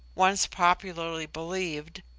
once popularly believed,